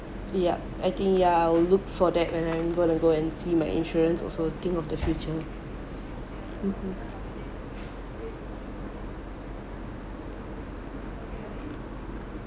yup I think ya I'll look for that when I'm going to go and see my insurance also think of the future mmhmm